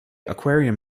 aquarium